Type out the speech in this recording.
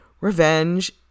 revenge